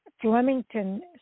Flemington